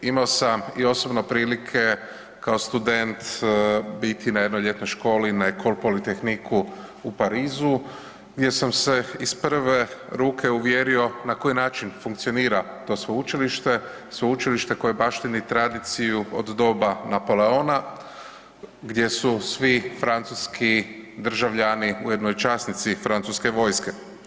Imao sam i osobno prilike kao student biti na jednoj ljetnoj školi na Ecole polytechnique-u u Parizu gdje sam se iz prve ruke uvjerio na koji način funkcionira to sveučilište, sveučilište koje baštini tradiciju od doba Napoleona gdje su svi francuski državljani u jednoj časnici francuske vojske.